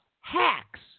hacks